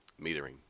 metering